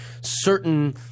certain